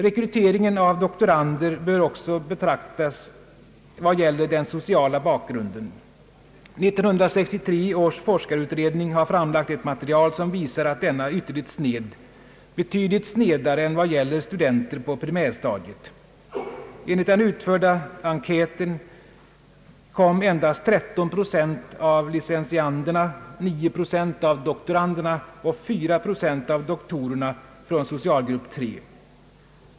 Rekryteringen av doktorander bör också betraktas vad gäller den sociala bakgrunden. 1963 års forskarutredning har framlagt ett material som visar att denna är ytterligt sned, betydligt snedare än vad gäller studenter på primärstadiet. Enligt den utförda enkäten kom endast 13 procent av licentianderna, 9 procent av doktoranderna och 4 procent av doktorerna från socialgrupp 3.